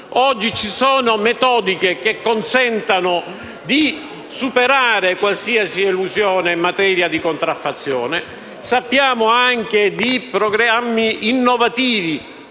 Oggi ci sono metodiche che consentono di superare qualsiasi elusione in materia di contraffazione. Sappiamo anche di programmi innovativi,